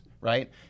right